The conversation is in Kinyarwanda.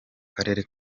karere